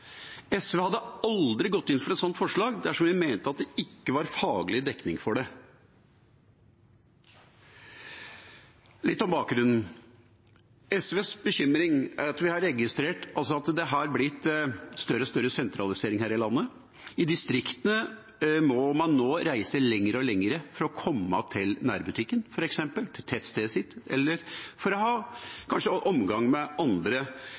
SV hadde aldri gått inn for et sånt forslag dersom vi mente at det ikke var faglig dekning for det. Litt om bakgrunnen: SVs bekymring er at vi har registrert at det har blitt større og større sentralisering her i landet. I distriktene må man nå reise lenger og lenger for å komme til f.eks. nærbutikken i tettstedet sitt, eller for å ha omgang med andre